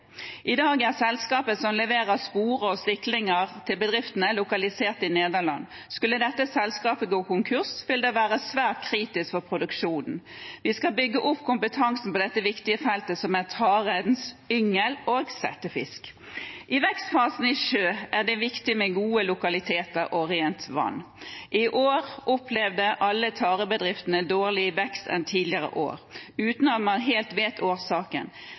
I dag er selskapet som leverer sporer og stiklinger til bedriftene, lokalisert i Nederland. Skulle dette selskapet gå konkurs, vil det være svært kritisk for produksjonen. Vi må bygge opp kompetanse på dette viktige feltet, som er tarens «yngel og settefisk». I vekstfasen i sjø er det viktig med gode lokaliteter og rent vann. I år opplevde alle tarebedriftene dårligere vekst enn tidligere år, uten at man helt vet årsaken.